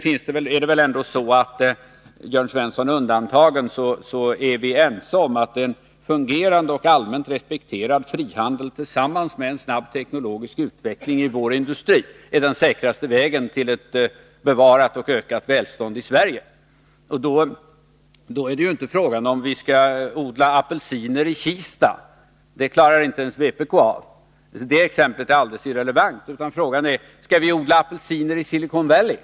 Vi är — Jörn Svensson undantagen — ense om att en fungerande och allmänt respekterad frihandel tillsammans med en snabb teknologisk utveckling i vår industri är den säkraste vägen till ett bevarat och ökat välstånd i Sverige. Då är det inte fråga om att vi skall odla apelsiner i Kista. Det klarar inte ens vpk av. Det exemplet är alldeles irrelevant. Frågan är: Skall vi odla apelsiner i Silicon Valley!